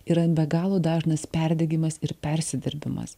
yra be galo dažnas perdegimas ir persidirbimas